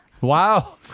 wow